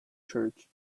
church